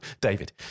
David